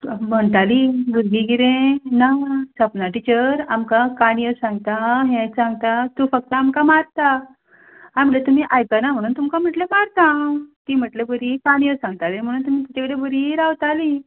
म्हणटालीं भुरगीं कितें ना सपना टिचर आमकां काणयो सांगता हें सांगता तूं फक्त आमकां मारता आं म्हणलें तुमी आयकना म्हणून तुमकां म्हणलें मारता हांव तीं म्हणलें बरी काणयो सांगताली म्हणून तुमी तिचे कडेन बरीं रावतालीं